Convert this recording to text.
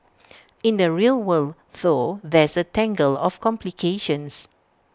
in the real world though there's A tangle of complications